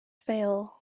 fail